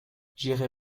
j’irai